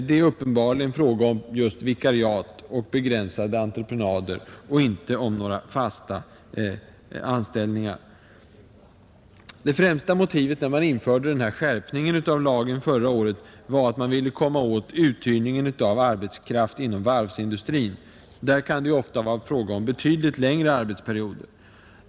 Det är uppenbarligen fråga om just vikariat och begränsade entreprenader och inte om några fasta anställningar hos kunderna, Det främsta motivet när man införde skärpningen av lagen förra året var att man ville komma åt uthyrningen av arbetskraft inom varvsindustrin, Där kan det ofta vara fråga om betydligt längre perioder.